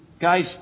guys